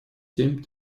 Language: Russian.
семь